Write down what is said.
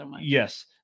Yes